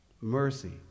mercy